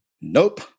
Nope